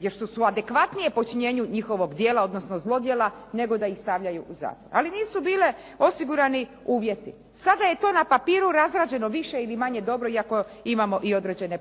jer što su adekvatnije počinjenju njihovog djela, odnosno zlodjela nego da ih stavljaju u zatvor. Ali nisu bili osigurani uvjeti. Sada je to na papiru razrađeno više ili manje dobro, iako imamo i određene